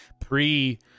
pre